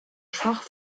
schwach